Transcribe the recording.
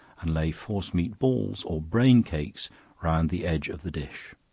and lay force meat balls or brain cakes round the edge of the dish.